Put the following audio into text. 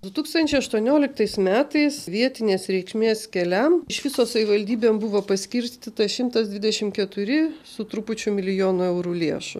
du tūkstančiai aštuonioliktais metais vietinės reikšmės keliam iš viso savivaldybėm buvo paskirstyta šimtas dvidešim keturi su trupučiu milijonų eurų lėšų